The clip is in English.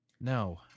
No